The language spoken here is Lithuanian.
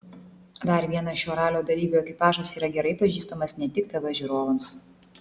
dar vienas šio ralio dalyvių ekipažas yra gerai pažįstamas ne tik tv žiūrovams